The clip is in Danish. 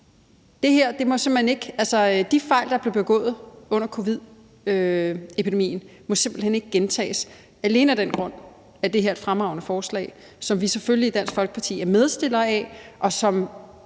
de fejl, der blev begået under covid-19-epidemien, må simpelt hen ikke gentages. Alene af den grund er det her et fremragende forslag, som vi selvfølgelig i Dansk Folkeparti er medstillere af, og som